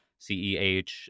ceh